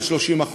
של 30%,